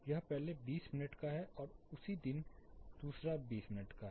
यह पहले 20 मिनट का है और यह उसी दिन दूसरा 20 मिनट है